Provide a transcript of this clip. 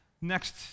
next